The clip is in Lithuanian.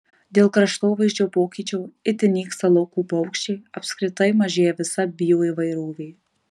dėl kraštovaizdžio pokyčio itin nyksta laukų paukščiai apskritai mažėja visa bioįvairovė